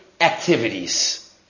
activities